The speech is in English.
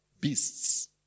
Beasts